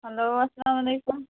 hello اَسلامُ علیکُم